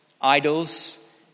idols